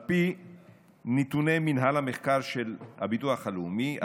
על פי נתוני מינהל המחקר של הביטוח הלאומי,